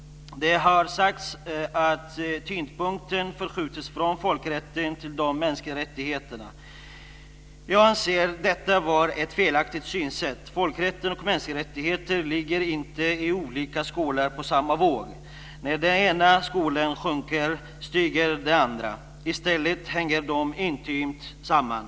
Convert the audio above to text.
Det har sagts att tyngdpunkten förskjutits från folkrätten till de mänskliga rättigheterna. Jag anser detta vara ett felaktigt synsätt. Folkrätten och mänskliga rättigheter ligger inte i olika skålar på samma våg, så att när den ena skålen sjunker stiger den andra, utan i stället hänger de intimt samman.